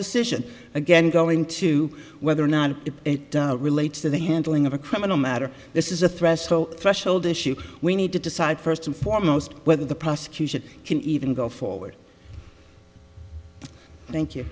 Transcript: decision again going to whether or not it relates to the handling of a criminal matter this is a threshold threshold issue we need to decide first and foremost whether the prosecution can even go forward thank you